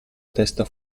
testa